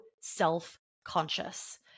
self-conscious